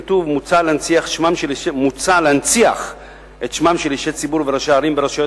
כתוב: מוצע להנציח את שמם של אישי ציבור וראשי ערים ברשויות